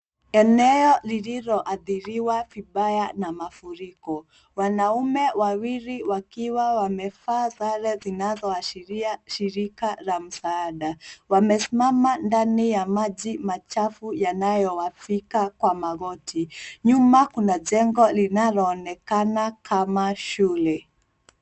Eneo lililoathiriwa na vibaya na mafuriko. Wanaume wawili wakiwa wamevaa sare zinazoashiria shirika la msaada. Wamesimama ndani ya maji machafu yanayowafika kwa magoti. Nyuma kuna jengo linaloonekana kama shule.